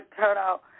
turnout